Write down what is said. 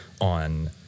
on